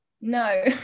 No